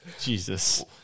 Jesus